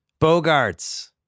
Bogarts